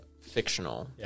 fictional